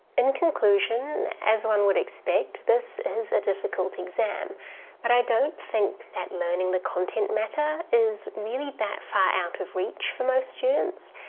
in conclusion as one would expect this is a difficult exam but i don't think that learning the content matter is really that far out of reach for most students,